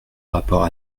rapport